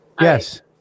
yes